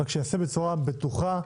רק שייעשה בצורה בטוחה,